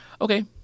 Okay